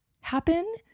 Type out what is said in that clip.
happen